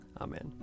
Amen